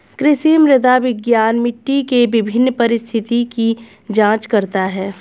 कृषि मृदा विज्ञान मिट्टी के विभिन्न परिस्थितियों की जांच करता है